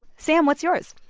sam, what's yours?